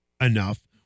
enough